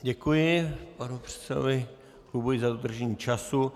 Děkuji panu předsedovi klubu i za dodržení času.